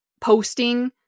posting